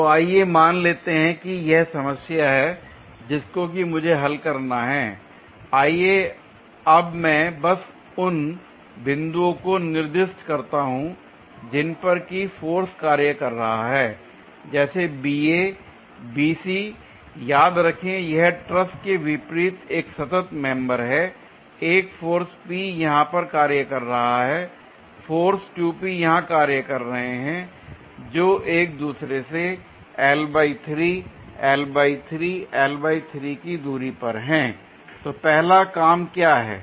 तो आइए मान लेते हैं कि यह समस्या है जिसको कि मुझे हल करना हैl आइए अब मैं बस उन बिंदुओं को निर्दिष्ट करता हूं जिन पर की फोर्स कार्य कर रहा है जैसे BA BC याद रखें यह ट्रस् के विपरीत एक सतत मेंबर है l एक फोर्स P यहां पर कार्य कर रहा है फोर्स 2P यहां पर कार्य कर रहा है जो एक दूसरे से की दूरी पर हैं l तो पहला काम क्या है